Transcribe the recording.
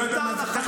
מיותר לחלוטין.